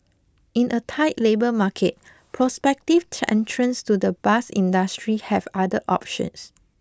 in a tight labour market prospective entrants to the bus industry have other options